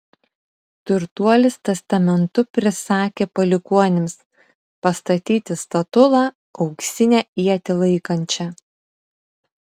turtuolis testamentu prisakė palikuonims pastatyti statulą auksinę ietį laikančią